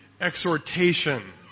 exhortation